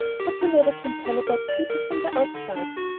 but you never can tell about people from their outsides.